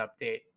update